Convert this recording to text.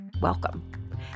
welcome